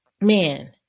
man